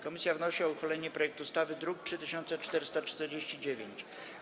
Komisja wnosi o uchwalenie projektu ustawy z druku nr 3449.